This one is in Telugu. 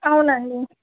అవునండి